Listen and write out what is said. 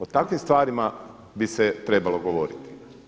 O takvim stvarima bi se trebalo govoriti.